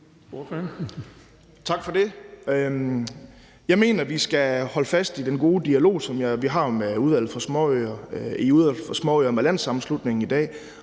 Tak for det. Jeg mener, at vi skal holde fast i den gode dialog, som vi har i Udvalget for Småøer med Sammenslutningen af